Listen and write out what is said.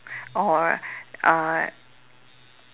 or uh